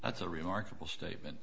that's a remarkable statement